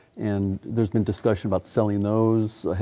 and there has been discussion about selling those.